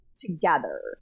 together